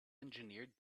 engineered